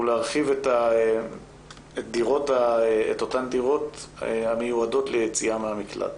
ולהרחיב את אותן דירות המיועדות ליציאה מהמקלט.